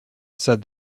said